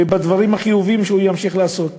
בדברים החיוביים שהוא ימשיך לעשות.